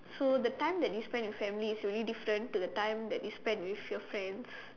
so the time that you spend with family is very different from the time that you spend with friends